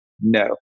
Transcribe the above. No